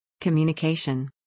Communication